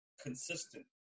consistent